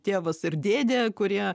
tėvas ir dėdė kurie